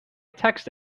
text